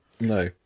No